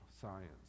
science